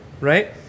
right